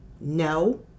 No